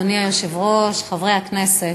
אדוני היושב-ראש, חברי הכנסת,